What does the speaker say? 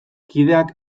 kideak